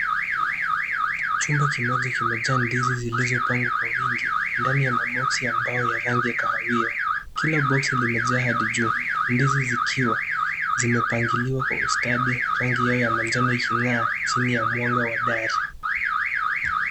Chumba kimoja kimejaa ndizi zilizopangwa kwa wingi, ndani ya maboxi ya mbao ya rangi ya kahawia. Kila boxi limejaa hadi juu ,ndizi zimejaa hadi juu, ndizi zikiwa zimepangiliwa kwa ustadi, rangi yao ya manjano ikingaa chini ya mwanga wa dari.